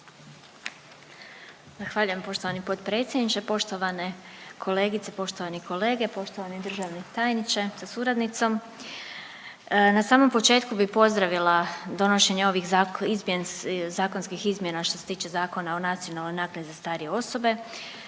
Zahvaljujem poštovani potpredsjedniče. Poštovane kolegice, poštovani kolege, poštovani državni tajniče sa suradnicom. Na samom početku bih pozdravila donošenje ovih .../nerazumljivo/... zakonskih izmjena što se tiče Zakona o nacionalnoj naknadi za starije osobe.